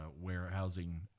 warehousing